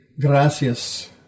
Gracias